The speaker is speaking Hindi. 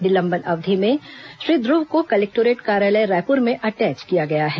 निलंबन अवधि में श्री ध्रव को कलेक्टोरेट कार्यालय रायपुर में अटैच किया गया है